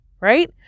right